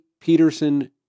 Peterson